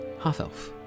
half-elf